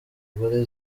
gore